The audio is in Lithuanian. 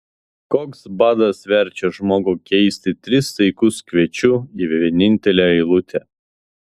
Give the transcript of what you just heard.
koks badas verčia žmogų keisti tris saikus kviečių į vienintelę eilutę